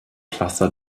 plaza